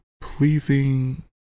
pleasing